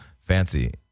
fancy